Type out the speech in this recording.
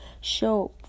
show